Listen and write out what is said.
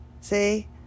See